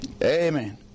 Amen